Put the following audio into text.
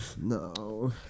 No